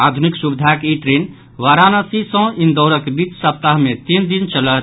आधुनिक सुविधाक ई ट्रेन वाराणसी सँ इंदौरक बीच सप्ताह मे तीन दिन चलत